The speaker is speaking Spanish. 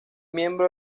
miembro